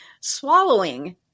swallowing